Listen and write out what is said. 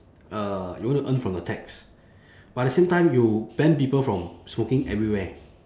uh you want to earn from the tax but at the same time you ban people from smoking everywhere